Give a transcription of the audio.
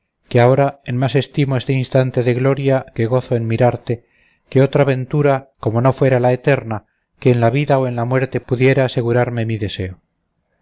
que ahora en más estimo este instante de gloria que gozo en mirarte que otra ventura como no fuera la eterna que en la vida o en la muerte pudiera asegurarme mi deseo